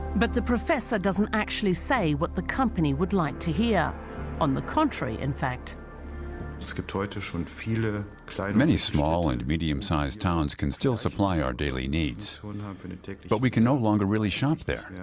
but the professor doesn't actually say what the company would like to hear on the contrary in fact it's couture tissue and fela many small and medium sized towns can still supply our daily needs but we can no longer really shop there.